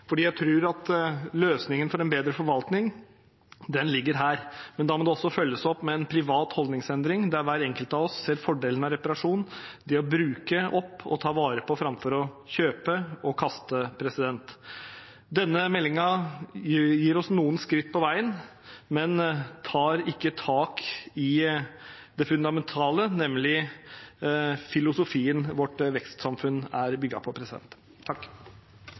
løsningen for en bedre forvaltning ligger her, men da må det også følges opp med en privat holdningsendring, der hver enkelt av oss ser fordelen av reparasjon, av det å bruke opp og ta vare på, framfor å kjøpe og kaste. Denne meldingen fører oss noen skritt på veien, men tar ikke tak i det fundamentale, nemlig filosofien vårt vekstsamfunn er bygd på.